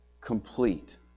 complete